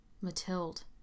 Matilde